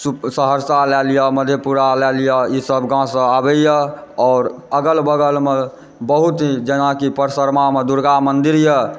सहरसा लए लिअ मधेपुरा लए लिअ ई सब गाँवसँ आबैए आओर अगल बगलमे बहुत जेना कि परसरमा दुर्गा मन्दिर यऽ